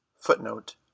Footnote